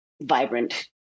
vibrant